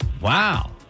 Wow